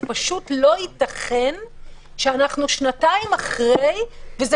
פשוט לא ייתכן שאנחנו שנתיים אחרי וזה